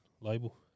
label